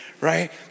Right